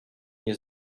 nie